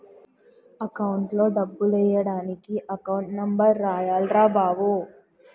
అకౌంట్లో డబ్బులెయ్యడానికి account number రాయాల్రా బావో